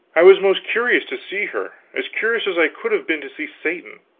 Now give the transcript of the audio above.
i was most curious to see her as curious as i could have been to see satan.